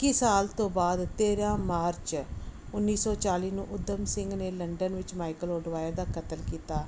ਇੱਕੀ ਸਾਲ ਤੋਂ ਬਾਅਦ ਤੇਰ੍ਹਾਂ ਮਾਰਚ ਉੱਨੀ ਸੌ ਚਾਲ੍ਹੀ ਨੂੰ ਉਧਮ ਸਿੰਘ ਨੇ ਲੰਡਨ ਵਿੱਚ ਮਾਈਕਲ ਆਡਵਾਇਰ ਦਾ ਕਤਲ ਕੀਤਾ